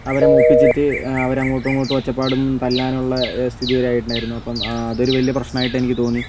അവരെ മൂപ്പിച്ചിട്ട് അവർ അങ്ങോട്ടും ഇങ്ങോട്ടും ഒച്ചപ്പാടും തല്ലാനുള്ള സ്ഥിതി വരെ ആയിട്ടുണ്ടായിരുന്നു അപ്പം അത് ഒരു വലിയ പ്രശ്നമായിട്ട് എനിക്ക് തോന്നി